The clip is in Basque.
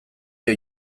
dio